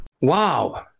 wow